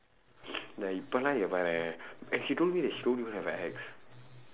நான் இப்ப எல்லா அவ:naan ippa ellaa ava and she told me that she don't even have a ex